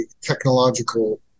technological